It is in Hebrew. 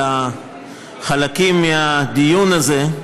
לחלקים מהדיון הזה.